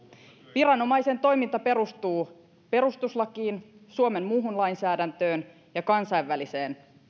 viranomaisen toiminta perustuu perustuslakiin suomen muuhun lainsäädäntöön ja kansainväliseen